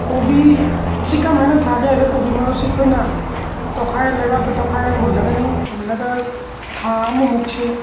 ꯀꯣꯕꯤ ꯁꯤ ꯀꯃꯥꯏꯅ ꯊꯥꯒꯦ ꯍꯥꯏꯕꯗ ꯀꯣꯕꯤ ꯃꯔꯨꯁꯤ ꯑꯩꯈꯣꯏꯅ ꯇꯧꯈꯥꯏꯔꯒ ꯂꯩꯕꯥꯛꯇꯣ ꯇꯧꯈꯥꯏꯔꯒ ꯍꯨꯜꯂꯒꯅꯤ ꯍꯨꯜꯂꯒ ꯊꯥ ꯑꯃꯃꯨꯛꯁꯤ